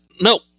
No